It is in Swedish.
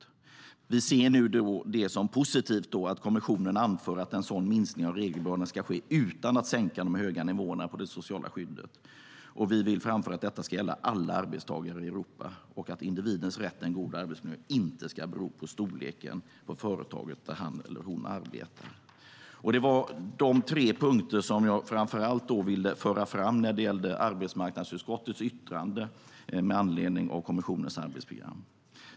Det var de tre punkter jag framför allt ville föra fram när det gällde arbetsmarknadsutskottets utlåtande med anledning av kommissionens arbetsprogram.